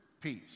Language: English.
peace